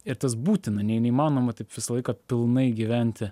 ir tas būtina nei neįmanoma taip visą laiką pilnai gyventi